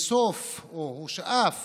והוא שאף